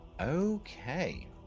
Okay